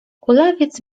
kulawiec